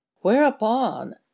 Whereupon